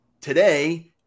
today